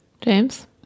James